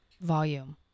volume